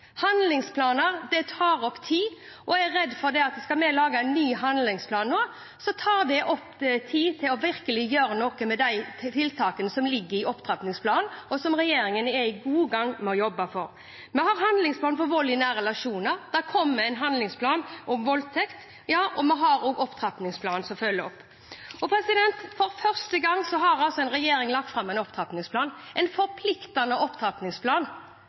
Handlingsplaner redder ikke verden. Handlingsplaner tar opp tid, og skal vi lage en ny handlingsplan nå, er jeg redd det vil ta tid fra det å virkelig gjøre noe med tiltakene som ligger i opptrappingsplanen, og som regjeringen er godt i gang med. Vi har en handlingsplan mot vold i nære relasjoner, det kommer en handlingsplan mot voldtekt, og vi har også en opptrappingsplan for å følge opp. For første gang har altså en regjering lagt fram en opptrappingsplan – en forpliktende opptrappingsplan